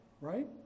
Right